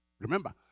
Remember